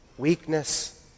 Weakness